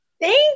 Thank